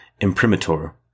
imprimatur